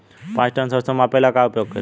पाँच टन सरसो मापे ला का उपयोग करी?